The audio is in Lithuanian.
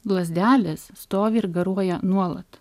lazdelės stovi ir garuoja nuolat